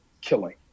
killing